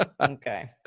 Okay